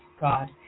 God